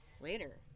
later